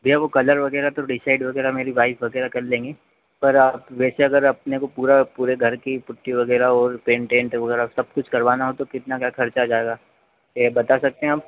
भैया वह कलर वगैरह तो डिसाइड वगैरह मेरी वाइफ़ वगैरह कर लेंगे पर आप वैसे अगर अपने को पूरा पूरे घर की पुट्टी वगैरह और पेंट एंट वगैरह सब कुछ करवाना हो तो कितना क्या खर्चा आ जाएगा ए बता सकते हैं आप